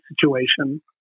situation